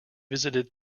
visited